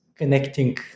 connecting